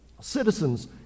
citizens